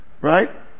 Right